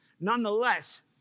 nonetheless